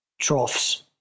troughs